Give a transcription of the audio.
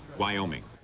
wyoming.